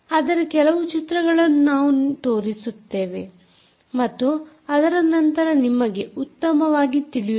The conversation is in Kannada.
ಅದರ ಕೆಲವು ಚಿತ್ರಗಳನ್ನು ನಾವು ತೋರಿಸುತ್ತೇವೆ ಮತ್ತು ಅದರ ನಂತರ ನಿಮಗೆ ಉತ್ತಮವಾಗಿ ತಿಳಿಯುತ್ತದೆ